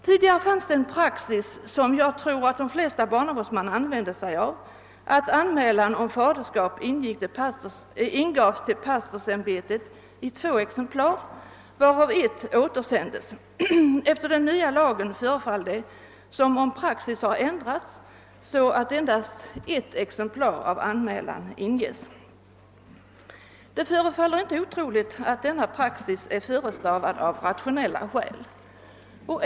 Tidigare gällde en praxis, som enligt vad jag vet de flesta barnavårdsmän använde sig av och som innebär att anmälan om faderskap ingavs till pastorsämbetet i två exemplar, varav ett återsändes. Efter den nya lagens införande förefaller det som om praxis ändrats, så att endast ett exemplar av anmälan inges. Det verkar inte otroligt att denna praxis är förestavad av praktiska hänsyn.